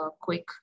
quick